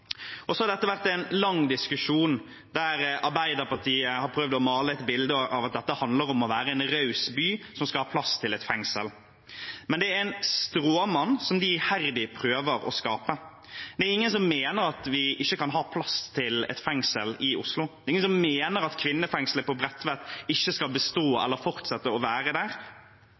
har vært en lang diskusjon der Arbeiderpartiet har prøvd å male et bilde av at dette handler om å være en raus by som skal ha plass til et fengsel, men det er en stråmann de iherdig prøver å skape. Det er ingen som mener at vi ikke kan ha plass til et fengsel i Oslo. Det er ingen som mener at kvinnefengselet på Bredtvet ikke skal bestå eller fortsette å være der.